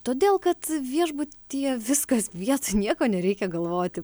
todėl kad viešbutyje viskas viet nieko nereikia galvoti